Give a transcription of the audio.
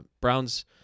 Browns